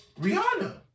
Rihanna